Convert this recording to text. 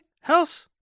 House